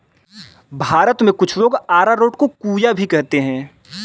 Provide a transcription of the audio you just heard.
भारत में कुछ लोग अरारोट को कूया भी कहते हैं